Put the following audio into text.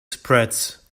spreads